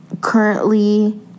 currently